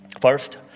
First